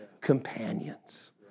companions